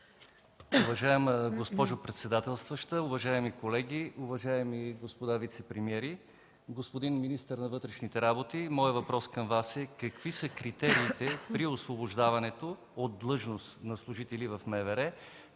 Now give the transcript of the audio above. Уважаема госпожо председател, уважаеми колеги, уважаеми господа вицепремиери! Господин министър на вътрешните работи, моят въпрос към Вас е: какви са критериите при освобождаването от длъжност на служители в МВР,